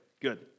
good